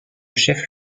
chef